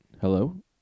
Hello